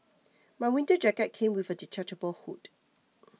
my winter jacket came with a detachable hood